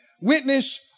witness